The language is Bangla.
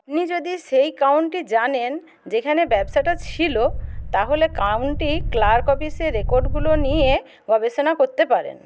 আপনি যদি সেই কাউন্টি জানেন যেখানে ব্যবসাটা ছিলো তাহলে কাউন্টি ক্লার্ক অফিসে রেকর্ডগুলো নিয়ে গবেষণা করতে পারেন